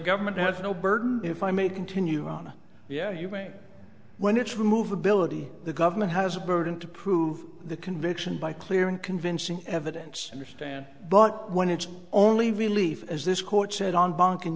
government has no burden if i may continue on yeah you may when it's movability the government has a burden to prove the conviction by clear and convincing evidence on the stand but when it's only relief as this court said on bank